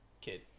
kid